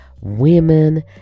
Women